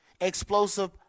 explosive